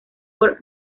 por